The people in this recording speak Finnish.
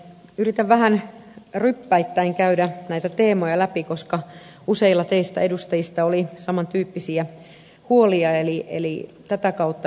yritän vähän ryppäittäin käydä näitä teemoja läpi koska useilla teistä edustajista oli samantyyppisiä huolia eli tätä kautta